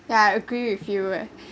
yeah I agree with you